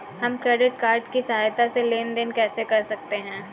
हम credit card की सहायता से लेन देन कैसे कर सकते हैं?